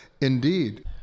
Indeed